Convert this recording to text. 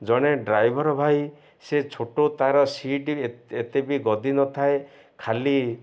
ଜଣେ ଡ୍ରାଇଭର୍ ଭାଇ ସେ ଛୋଟ ତା'ର ସିଟ୍ ଏତେ ବି ଗଦି ନଥାଏ ଖାଲି